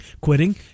quitting